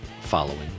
following